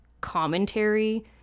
commentary